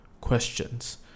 questions